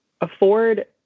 afford